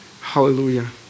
hallelujah